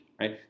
right